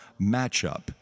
matchup